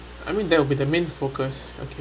I mean that will be the main focus okay